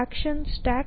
action StackN